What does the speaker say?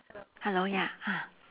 hello ya